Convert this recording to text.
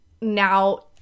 now